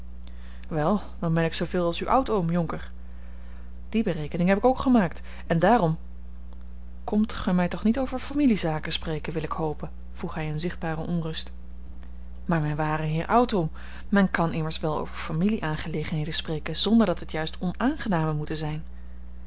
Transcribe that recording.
wel dan ben ik zooveel als uw oud oom jonker die berekening heb ik ook gemaakt en daarom komt gij mij toch niet over familiezaken spreken wil ik hopen vroeg hij in zichtbare onrust maar mijn waarde heer oud oom men kan immers wel over familieaangelegenheden spreken zonder dat het juist onaangename moeten zijn